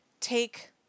take